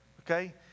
Okay